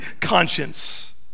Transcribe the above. conscience